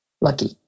lucky